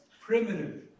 primitive